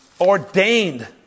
ordained